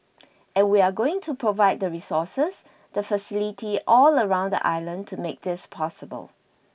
and we are going to provide the resources the facility all around the island to make this possible